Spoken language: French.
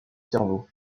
cerveau